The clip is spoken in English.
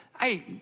Hey